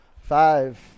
Five